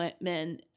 men